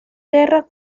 guerra